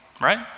Right